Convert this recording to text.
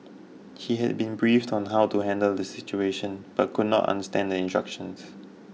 he had been briefed on how to handle the situation but could not understand the instructions